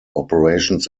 operations